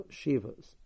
shivas